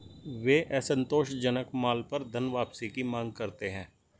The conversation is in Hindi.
वे असंतोषजनक माल पर धनवापसी की मांग करते हैं